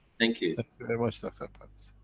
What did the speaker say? thank you very much, dr. parviz.